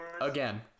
again